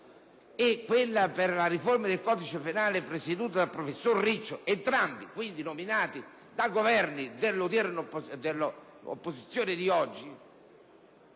e quella per la riforma del codice di procedura penale, presieduta dal professor Riccio (entrambi quindi nominati da Governi dell'opposizione di oggi),